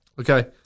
Okay